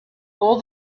pull